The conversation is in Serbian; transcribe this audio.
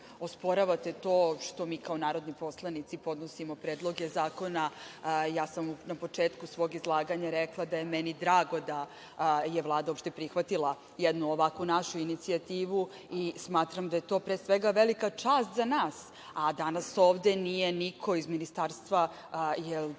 osporavate to što mi kao narodni poslanici podnosimo predloge zakona. Ja sam na početku svog izlaganja rekla da je meni drago da je Vlada uopšte prihvatila jednu ovakvu našu inicijativu i smatram da je to pre svega velika čast za nas, a danas ovde nije niko iz ministarstva, jer,